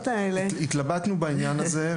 התלבטנו בעניין הזה,